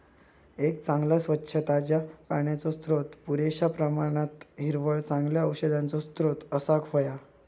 एक चांगला, स्वच्छ, ताज्या पाण्याचो स्त्रोत, पुरेश्या प्रमाणात हिरवळ, चांगल्या औषधांचो स्त्रोत असाक व्हया